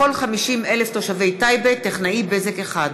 לכל 50,000 תושבי טייבה טכנאי בזק אחד.